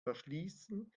verschließen